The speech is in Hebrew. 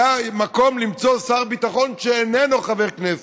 שהיה מקום למצוא שר ביטחון שאיננו חבר כנסת,